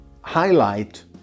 highlight